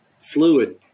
fluid